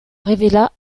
révéla